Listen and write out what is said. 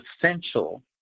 essential